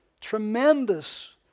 tremendous